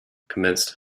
commenced